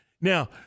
Now